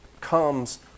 comes